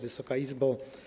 Wysoka Izbo!